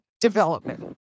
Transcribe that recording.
development